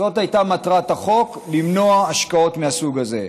זאת הייתה מטרת החוק, למנוע השקעות מהסוג הזה.